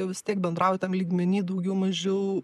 vis tiek bendrauji tam lygmeny daugiau mažiau